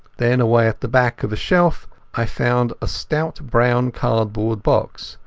then away at the back of the shelf i found a stout brown cardboard box,